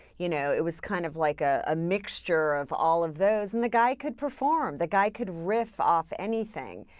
you know, it was kind of like a ah mixture of all of those. and the guy could perform. the guy could riff off anything.